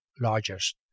largest